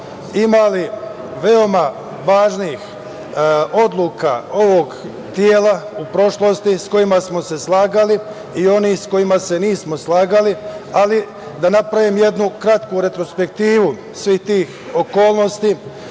imali veoma važnih odluka ovog tela u prošlosti sa kojima smo se slagali i onih sa kojima se nismo slagali, ali da napravim jednu kratku retrospektivu svih tih okolnosti